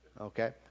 okay